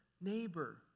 neighbor